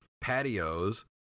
patios